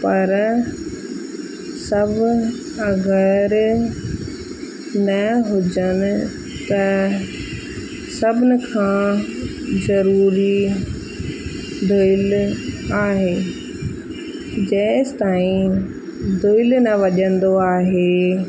पर सभु अगरि न हुजनि त सभिनी खां ज़रूरी दुहिलु आहे जेसीं ताईं दुहिलु न वञंदो आहे